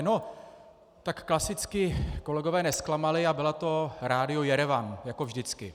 No, tak klasicky kolegové nezklamali a bylo to Rádio Jerevan jako vždycky.